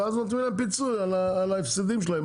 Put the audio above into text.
ואז נותנים להם פיצוי על ההפסדים שלהם.